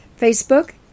Facebook